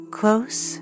close